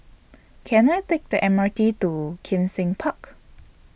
Can I Take The M R T to Kim Seng Park